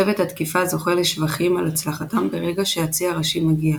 צוות התקיפה זוכה לשבחים על הצלחתם ברגע שהצי הראשי מגיע.